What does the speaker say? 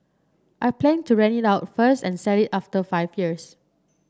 I plan to rent it out first and sell it after five years